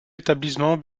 établissement